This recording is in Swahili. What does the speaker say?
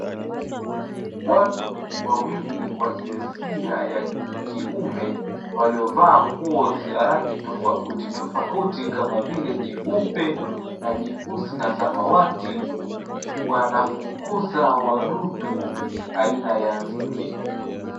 Watu wawili wa jinsia ya kiume waliovaa nguo za rangi tofauti tofauti kama vile nyeupe na nyeusi na samawati, wanafukuza wadudu aina ya nzige.